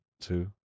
two